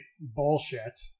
bullshit